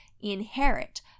inherit